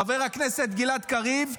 חבר הכנסת גלעד קריב,